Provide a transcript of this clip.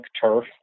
turf